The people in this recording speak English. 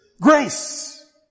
Grace